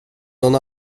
nån